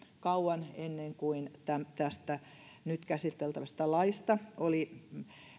kauan ennen kuin tästä nyt käsiteltävästä laista oli